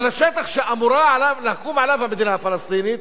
אבל השטח שעליו אמורה לקום המדינה הפלסטינית